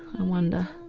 i wonder?